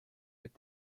with